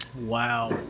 wow